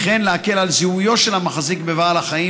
וכן להקל על זיהויו של המחזיק בבעל החיים